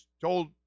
told